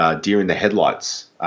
deer-in-the-headlights